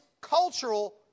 cultural